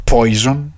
Poison